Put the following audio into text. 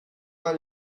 man